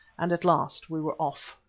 and at last we were off.